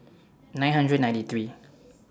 nine hundred ninety three